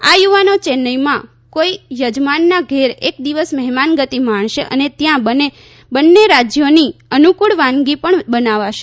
આ યુવાનો ચેનાઇમાં કોઇ યજમાનના ઘેર એક દિવસ મહેમાનગતિ માણશે અને ત્યાં બને રાજયોની અનુકૂળ વાનગી પણ બનાવાશે